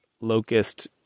locust